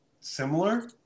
similar